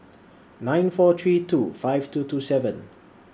nine four three two five two two seven